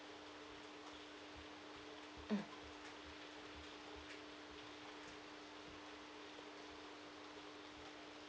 mm